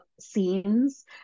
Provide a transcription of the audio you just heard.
scenes